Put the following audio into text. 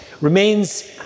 remains